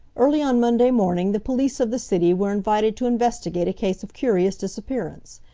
early on monday morning, the police of the city were invited to investigate a case of curious disappearance.